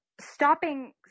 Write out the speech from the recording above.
stopping